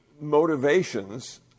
motivations